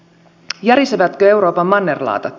järisevätkö euroopan mannerlaatat